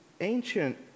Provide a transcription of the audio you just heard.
ancient